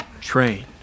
train